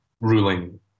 ruling